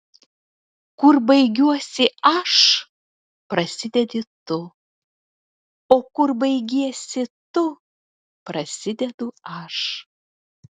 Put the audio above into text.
kur baigiuosi aš prasidedi tu o kur baigiesi tu prasidedu aš